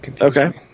Okay